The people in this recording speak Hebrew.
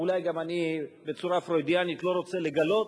אולי גם אני, בצורה פרוידיאנית, לא רוצה לגלות